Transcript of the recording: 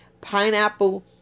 pineapple